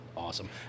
awesome